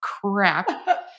crap